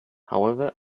however